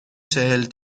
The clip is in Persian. چهل